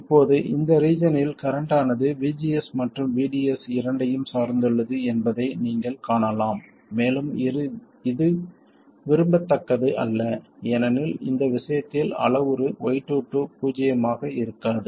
இப்போது இந்த ரீஜன்னில் கரண்ட் ஆனது VGS மற்றும் VDS இரண்டையும் சார்ந்துள்ளது என்பதை நீங்கள் காணலாம் மேலும் இது விரும்பத்தக்கது அல்ல ஏனெனில் இந்த விஷயத்தில் அளவுரு y22 பூஜ்ஜியமாக இருக்காது